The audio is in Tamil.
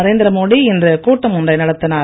நரேந்திர மோடி இன்று கூட்டம் ஒன்றை நடத்தினார்